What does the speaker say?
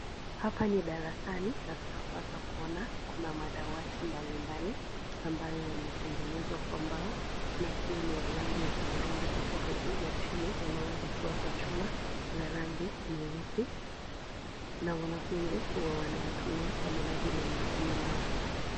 Hapa ni darasani na tunapata kuona kuna madawati mbalimbali, ambayo yametengenezwa kwa mbao na pia ni ya rangi ya uthurungi kutoka juu na chini yameweza kuekwa chuma la rangi nyeusi, na wanafunzi huwa wanayatumia kwa minjli ya masomo yao.